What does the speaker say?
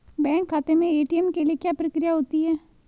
Bank खाते में ATM के लिए क्या प्रक्रिया होती है?